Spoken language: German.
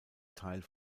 teil